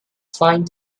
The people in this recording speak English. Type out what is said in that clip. find